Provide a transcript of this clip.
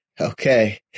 Okay